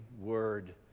Word